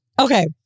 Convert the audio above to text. Okay